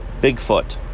Bigfoot